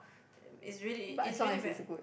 it's really it's really ver~